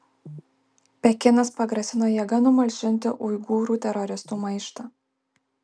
pekinas pagrasino jėga numalšinti uigūrų teroristų maištą